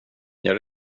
jag